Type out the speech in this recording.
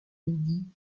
lydie